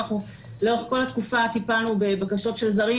אנחנו לאורך כל התקופה טיפלנו בבקשות של זרים